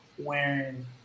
Wearing